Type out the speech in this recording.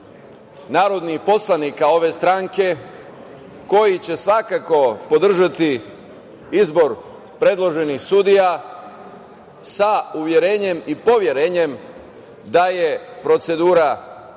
narodnih poslanika ove stranke, koji će svakako podržati izbor predloženih sudija sa uverenjem i poverenjem da je procedura do kraja